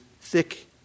thick